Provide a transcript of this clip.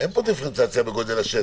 אין פה דיפרנציאציה בגודל השטח.